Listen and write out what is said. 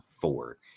four